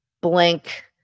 blank